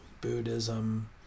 buddhism